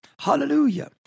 Hallelujah